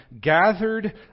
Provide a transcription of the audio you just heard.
gathered